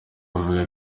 avuga